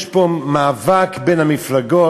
יש פה מאבק בין המפלגות.